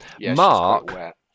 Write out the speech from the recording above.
Mark